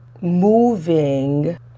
moving